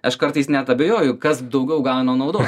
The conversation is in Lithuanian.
aš kartais net abejoju kas daugiau gauna naudos